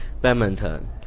badminton